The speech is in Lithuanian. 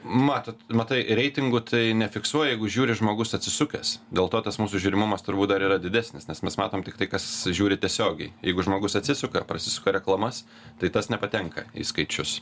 matot matai reitingų tai nefiksuoja jeigu žiūri žmogus atsisukęs dėl to tas mūsų žiūrimumas turbūt dar yra didesnis nes mes matom tiktai kas žiūri tiesiogiai jeigu žmogus atsisuka prasisuka reklamas tai tas nepatenka į skaičius